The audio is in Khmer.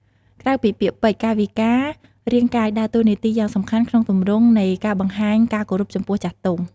ក្រៅពីពាក្យពេចន៍ កាយវិការរាងកាយដើរតួនាទីយ៉ាងសំខាន់ក្នុងទម្រង់នៃការបង្ហាញការគោរពចំពោះចាស់ទុំ។